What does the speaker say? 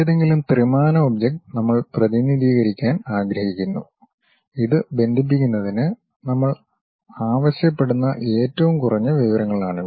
ഏതെങ്കിലും ത്രിമാന ഒബ്ജക്റ്റ് നമ്മൾ പ്രതിനിധീകരിക്കാൻ ആഗ്രഹിക്കുന്നു ഇത് ബന്ധിപ്പിക്കുന്നതിന് നമ്മൾ ആവശ്യപ്പെടുന്ന ഏറ്റവും കുറഞ്ഞ വിവരങ്ങളാണിവ